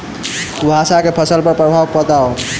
कुहासा केँ फसल पर प्रभाव बताउ?